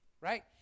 Right